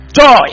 joy